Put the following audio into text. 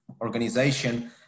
organization